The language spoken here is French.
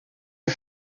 est